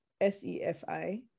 S-E-F-I